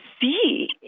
see